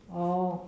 oh